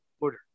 Order